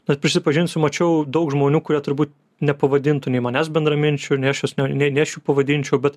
bet prisipažinsiu mačiau daug žmonių kurie turbūt nepavadintų nei manęs bendraminčiu nei aš juos nei nei aš jų pavadinčiau bet